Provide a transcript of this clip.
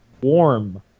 warm